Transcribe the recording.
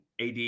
AD